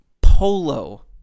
polo